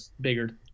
bigger